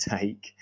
take